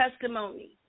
testimony